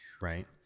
right